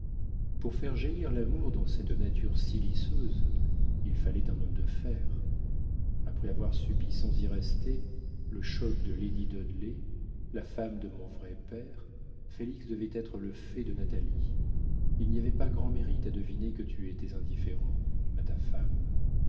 pour faire jaillir l'amour dans cette nature siliceuse il fallait un homme de fer après avoir subi sans y rester le choc de lady dudley la femme de mon vrai père félix devait être le fait de natalie il n'y avait pas grand mérite à deviner que tu lui étais indifférent à ta femme